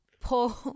Paul